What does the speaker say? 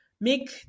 make